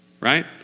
right